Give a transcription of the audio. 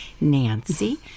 Nancy